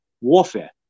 warfare